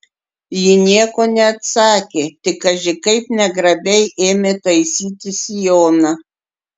ji nieko neatsakė tik kaži kaip negrabiai ėmė taisytis sijoną